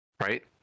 right